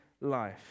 life